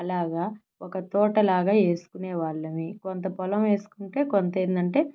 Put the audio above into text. అలాగా ఒక తోటలాగా వేసుకునే వాళ్ళమి కొంత పొలం వేసుకుంటే కొంత ఏందంటే